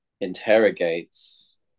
interrogates